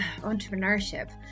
entrepreneurship